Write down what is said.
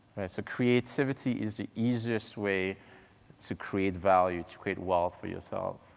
so creativity is the easiest way to create value, to create wealth for yourself,